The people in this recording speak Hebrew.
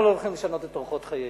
אנחנו לא הולכים לשנות את אורחות חיינו.